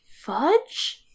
fudge